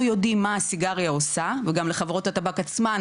יודעים מה הסיגריה עושה וגם לחברות הטבק עצמן,